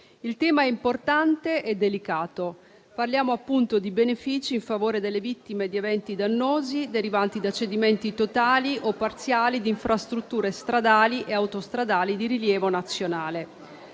Il tema è importante e delicato: parliamo appunto di benefici in favore delle vittime di eventi dannosi derivanti da cedimenti totali o parziali di infrastrutture stradali e autostradali di rilievo nazionale,